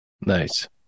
Nice